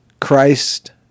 Christ